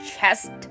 chest